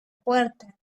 puerta